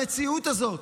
המציאות הזאת,